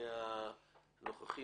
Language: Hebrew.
מבקש מהנוכחים,